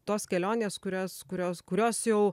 tos kelionės kurias kurios kurios jau